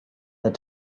that